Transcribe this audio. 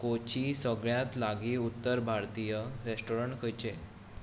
कोचीं सगळ्यांत लागीं उत्तर भारतीय रेस्टॉरंट खंयचे